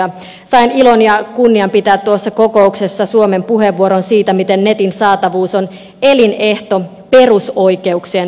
sain ilon ja kunnian pitää tuossa kokouksessa suomen puheenvuoron siitä miten netin saatavuus on elinehto perusoikeuksien toteutumiselle